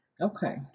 Okay